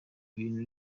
bintu